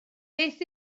beth